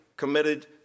Committed